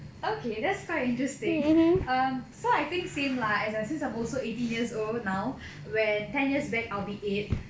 okay that's quite interesting um so I think same lah as I since I'm also eighteen years old now when ten years back I'll be eight